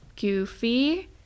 goofy